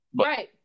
Right